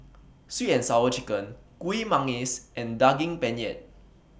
Sweet and Sour Chicken Kuih Manggis and Daging Penyet